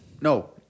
No